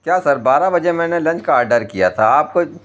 کیا سر بارہ بجے میں نے لنچ کا آڈر کیا تھا آپ کو